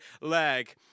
leg